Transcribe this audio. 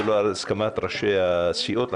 זה לא בהסכמת ראשי הסיעות,